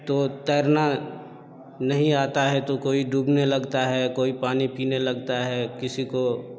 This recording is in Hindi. तो तैरना नहीं आता है तो कोई डूबने लगता है कोई पानी पीने लगता है किसी को